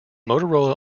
motorola